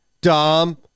Dom